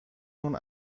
چون